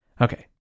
Okay